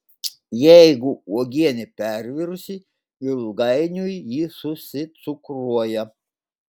jeigu uogienė pervirusi ilgainiui ji susicukruoja